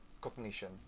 cognition